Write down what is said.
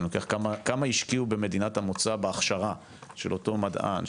ואני לוקח כמה השקיעו במדינת המוצא בהכשרה של אותו מדען,